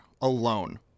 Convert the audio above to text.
alone